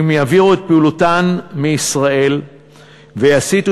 אם יעבירו את פעילותן מישראל ויסיטו